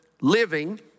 living